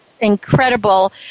incredible